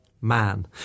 man